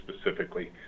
specifically